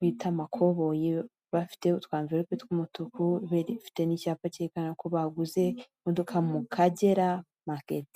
bita amakoboyi, bafite utwa mverope tw'umutuku bafite n'icyapa cyerekana ko baguze imodoka mu kagera market.